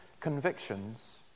convictions